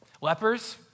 Lepers